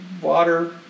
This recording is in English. water